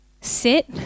sit